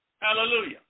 Hallelujah